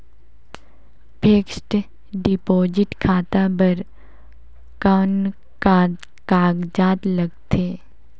Fixed deposit खाता बर कौन का कागजात लगथे?